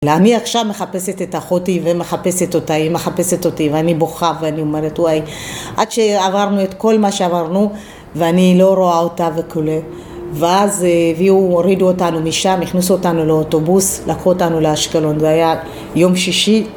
אני עכשיו מחפשת את אחותי, ומחפשת אותה, היא מחפשת אותי, ואני בוכה, ואני אומרת, וואי, עד שעברנו את כל מה שעברנו, ואני לא רואה אותה וכולי. ואז הביאו, הורידו אותנו משם, הכניסו אותנו לאוטובוס, לקחו אותנו לאשקלון, זה היה יום שישי.